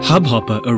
Hubhopper